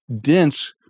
dense